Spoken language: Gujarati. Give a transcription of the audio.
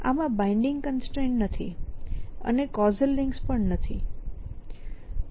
આમાં બાઈન્ડીંગ કન્સ્ટ્રેન્ટસ નથી અને કૉઝલ લિંક્સ પણ નથી